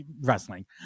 wrestling